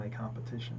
competition